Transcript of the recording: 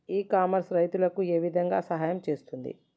ఇ commerce రైతులకు ఏ విధంగా సహాయం చేస్తుంది?